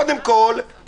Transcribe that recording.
קודם כל,